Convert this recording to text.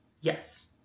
Yes